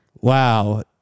Wow